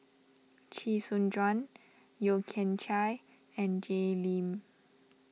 Chee Soon Juan Yeo Kian Chai and Jay Lim